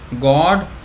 God